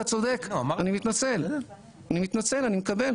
אתה צודק, אני מתנצל, אני מתנצל, אני מקבל.